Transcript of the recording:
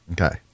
Okay